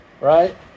Right